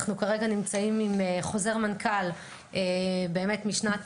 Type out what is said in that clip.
אנחנו כרגע נמצאים עם חוזר מנכ"ל באמת משנת